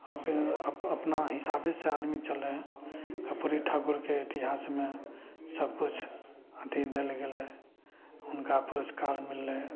आब अपना हिसाबेसँ आदमी चलय हइ कर्पूरी ठाकुरके इतिहासमे सब किछु अथी देल गेलय हुनका पुरस्कार मिललइ